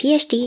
PhD